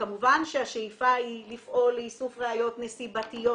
כמובן שהשאיפה היא לפעול לאיסוף ראיות נסיבתיות